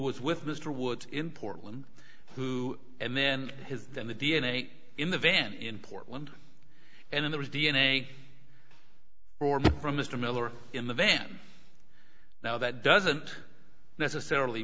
was with mr woods in portland who and then his then the d n a in the van in portland and then there was d n a from mr miller in the van now that doesn't necessarily